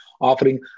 offering